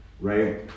right